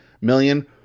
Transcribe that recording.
million